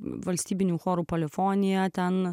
valstybiniu choru polifonija ten